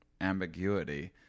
ambiguity